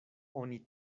oni